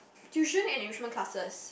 tuition enrichment classes